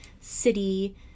city